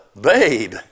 babe